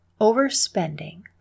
overspending